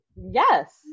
Yes